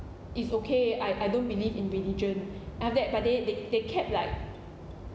it's okay I I don't believe in religion after that but they they they kept like